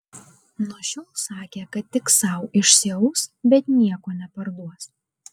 nuo šiol sakė kad tik sau išsiaus bet nieko neparduos